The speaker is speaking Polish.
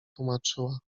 tłumaczyła